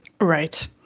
Right